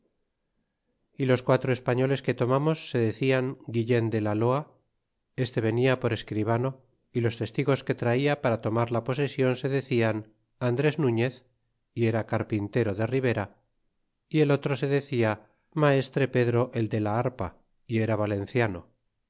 y los quatro españoles que tomamos se decian guillen de la loa este venia por escribano y los testigos que traia para tomar la posesion se decian andres nuñez y era carpintero de ribera y el otro se decia maestre pedro el de la arpa y era valenciano